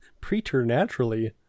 preternaturally